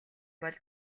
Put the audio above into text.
бол